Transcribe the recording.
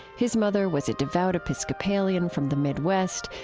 his mother was a devout episcopalian from the midwest.